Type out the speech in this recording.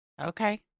Okay